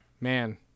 Man